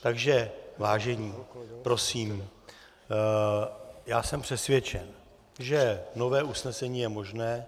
Takže vážení, prosím, jsem přesvědčen, že nové usnesení je možné.